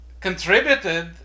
contributed